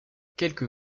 quelques